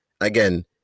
again